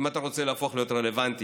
אם אתה רוצה להפוך להיות רלוונטי,